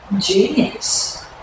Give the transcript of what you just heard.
genius